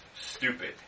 stupid